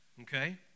Okay